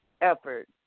effort